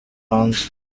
hanze